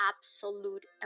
absolute